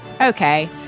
Okay